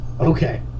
Okay